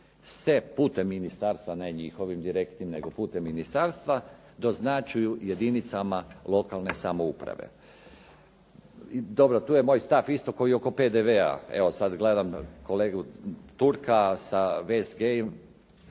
se putem ministarstva, ne njihovim direktnim, nego putem ministarstva doznačuju jedinicama lokalne samouprave. Dobro tu je moj stav isto kao i oko PDV-a. evo sada gledam kolegu Turka sa "West game"